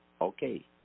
Okay